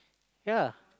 yeah